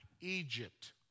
Egypt